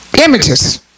Images